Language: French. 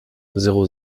zéro